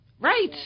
Right